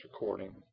recording